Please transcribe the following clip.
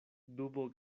dubo